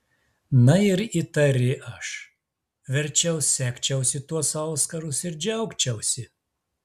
na ir įtari aš verčiau segčiausi tuos auskarus ir džiaugčiausi